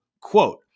Quote